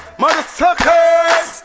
motherfuckers